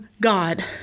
God